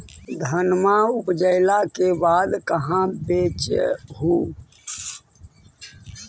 धनमा उपजाईला के बाद कहाँ बेच हू?